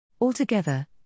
Altogether